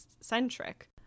centric